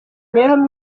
imibereho